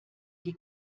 die